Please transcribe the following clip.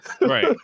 Right